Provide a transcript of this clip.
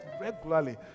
regularly